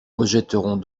rejetterons